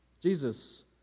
Jesus